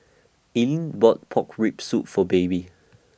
Ilene bought Pork Rib Soup For Baby